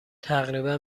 تقریبا